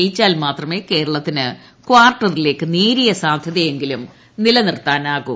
ജയിച്ചാൽ മാത്രമേ കേരളത്തിന് കാർട്ടറിലേയ്ക്കു നേരിയ സാധ്യതയെങ്കിലും നിലനിർത്താനാകു